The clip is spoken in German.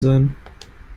sein